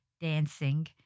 dancing